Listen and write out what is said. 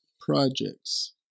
projects